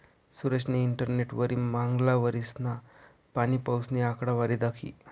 सुरेशनी इंटरनेटवरी मांगला वरीसना पाणीपाऊसनी आकडावारी दखी